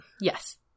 Yes